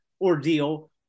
ordeal